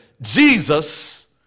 Jesus